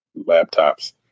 laptops